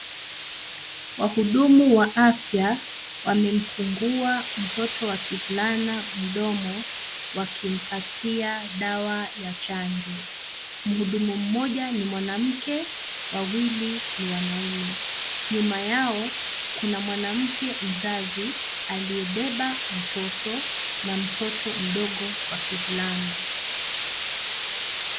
Wahudumu wa afya, wamemfungua mtoto wa kivulana mdomo, wakimpatia dawa la chanjo. Mhudumu mmoja ni mwanamke, wawili ni wanaume. Nyuma yao, kuna mwanamke mzazi, aliyebeba mtoto na mtoto mdogo wa kivulana.